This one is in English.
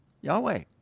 Yahweh